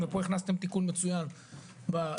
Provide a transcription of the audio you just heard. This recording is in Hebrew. נכון ופה הכנסתם תיקון מצוין בגרסה,